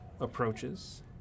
Approaches